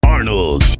Arnold